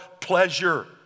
pleasure